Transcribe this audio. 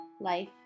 life